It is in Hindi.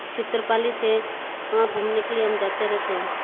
चित्र पाली से वहाँ घूमने के लिए हम जाते रहते हैं